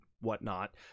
whatnot